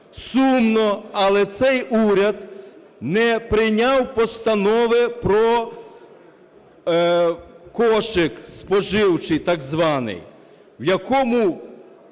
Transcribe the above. Сумно, але цей уряд не прийняв Постанови про кошик споживчий так званий, в якому